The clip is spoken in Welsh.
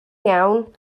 iawn